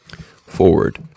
Forward